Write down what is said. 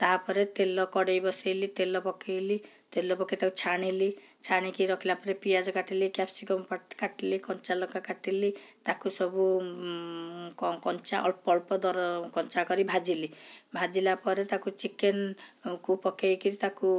ତା'ପରେ ତେଲ କଡ଼େଇ ବସାଇଲି ତେଲ ପକାଇଲି ତେଲ ପକାଇ ତାକୁ ଛାଣିଲି ଛାଣିକି ରଖିଲାପରେ ପିଆଜ କାଟିଲି କ୍ୟାପ୍ସିକମ୍ କାଟିଲି କଞ୍ଚାଲଙ୍କା କାଟିଲି ତାକୁ ସବୁ କଞ୍ଚା ଅଳ୍ପ ଅଳ୍ପ ଦରକଞ୍ଚା କରି ଭାଜିଲି ଭାଜିଲା ପରେ ତାକୁ ଚିକେନ୍କୁ ପକାଇକରି ତାକୁ